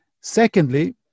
Secondly